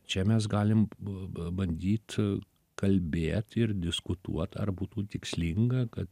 čia mes galim ba bandyt kalbėt ir diskutuot ar būtų tikslinga kad